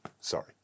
Sorry